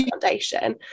Foundation